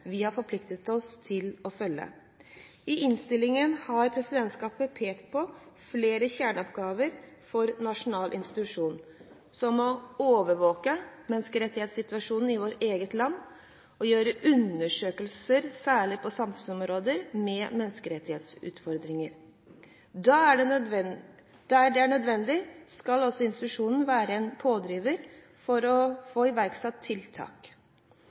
vi har forpliktet oss til å følge. I innstillingen har presidentskapet pekt på flere kjerneoppgaver for nasjonal institusjon, som å overvåke menneskerettighetssituasjonen i vårt eget land og gjøre undersøkelser, særlig på samfunnsområder med menneskerettsutfordringer. Der det er nødvendig, skal institusjonen være en pådriver for å få iverksatt tiltak.